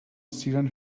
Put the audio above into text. sealant